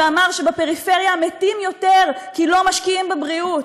ואמר שבפריפריה מתים יותר, כי לא משקיעים בבריאות.